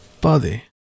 body